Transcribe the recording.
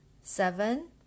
Seven